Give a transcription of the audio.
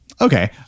Okay